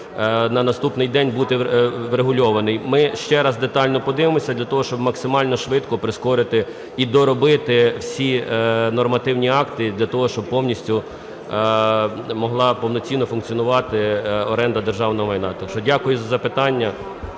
на наступний день бути врегульований. Ми ще раз детально подивимося для того, щоб максимально швидко прискорити і доробити всі нормативні акти, для того, щоб повністю могла повноцінно функціонувати оренда державного майна. Так що дякую за запитання.